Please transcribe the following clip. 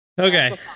Okay